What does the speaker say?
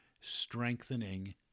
strengthening